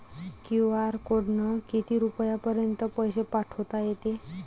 QR कोडनं किती रुपयापर्यंत पैसे पाठोता येते?